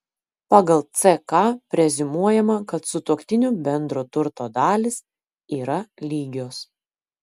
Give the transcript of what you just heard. pagal ck preziumuojama kad sutuoktinių bendro turto dalys yra lygios